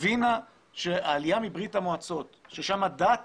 הבינה שהעלייה מברית המועצות, ששם הדת